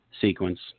sequence